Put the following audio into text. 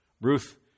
Ruth